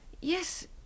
Yes